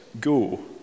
Go